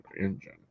engine